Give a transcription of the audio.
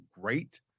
great